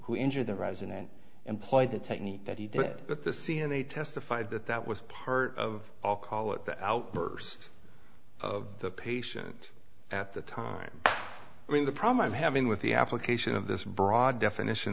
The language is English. who injure the resident employed the technique that he did at the scene and they testified that that was part of all call it that outburst of the patient at the time when the prom i'm having with the application of this broad definition